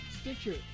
Stitcher